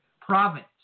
province